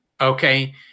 okay